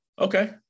Okay